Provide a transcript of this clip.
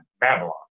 Babylon